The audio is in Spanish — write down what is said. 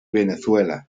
venezuela